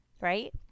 right